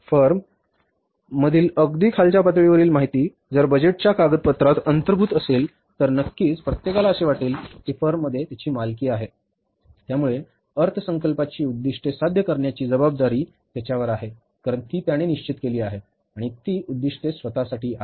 firm मधील अगदी खालच्या पातळी वरील माहिती जर बजेटच्या कागदपत्रात अंतर्भूत असेल तर नक्कीच प्रत्येकाला असे वाटेल की फर्ममध्ये त्याची मालकी आहे त्यामुळे अर्थसंकल्पाची उद्दीष्टे साध्य करण्याची जबाबदारी त्याच्यावर आहे कारण ती त्याने निश्चित केली आहेत आणि ती उद्दीष्टे स्वत साठी आहेत